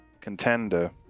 Contender